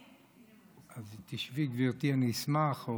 תשבי, גברתי, אני אשמח.